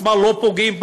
בקצבה לא פוגעים,